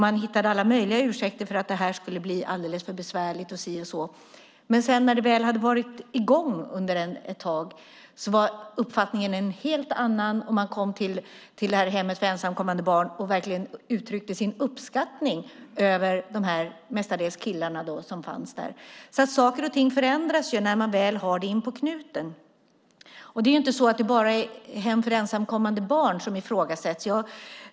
Man hittade alla möjliga ursäkter. Det skulle bli alldeles för besvärligt och si och så. Men sedan när det väl hade varit i gång under ett tag var uppfattningen en helt annan. Man kom till hemmet för ensamkommande barn och uttryckte sin uppskattning över killarna - som det mestadels var - som fanns där. Saker och ting förändras när man väl har det inpå knuten. Det är inte bara hem för ensamkommande barn som ifrågasätts.